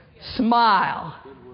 Smile